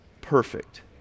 perfect